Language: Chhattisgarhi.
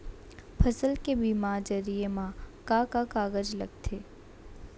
फसल के बीमा जरिए मा का का कागज लगथे?